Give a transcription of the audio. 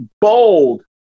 bold